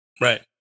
Right